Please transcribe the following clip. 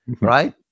right